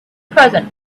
present